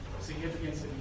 significance